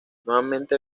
nuevamente